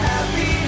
Happy